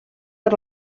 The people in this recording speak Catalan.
per